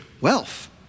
wealth